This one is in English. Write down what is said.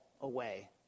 away